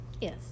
yes